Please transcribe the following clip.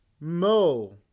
Mo